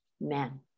men